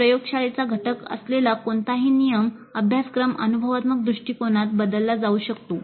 प्रयोगशाळेचा घटक असलेला कोणताही नियमित अभ्यासक्रम अनुभवात्मक दृष्टिकोनात बदलला जाऊ शकतो